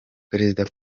perezida